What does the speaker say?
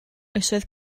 oesoedd